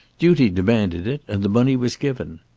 duty demanded it, and the money was given.